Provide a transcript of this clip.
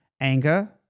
anger